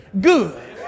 good